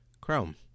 Chrome